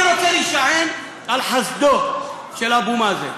אני רוצה להישען על חסדו של אבו מאזן,